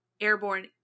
airborne